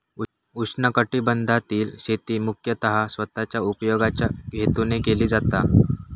उष्णकटिबंधातील शेती मुख्यतः स्वतःच्या उपयोगाच्या हेतून केली जाता